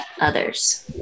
others